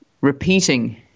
repeating